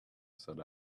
said